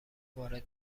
وارد